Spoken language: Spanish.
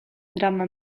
drama